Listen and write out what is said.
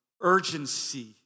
urgency